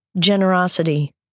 generosity